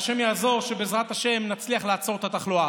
והשם יעזור שבעזרת השם נצליח לעצור את התחלואה.